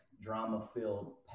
drama-filled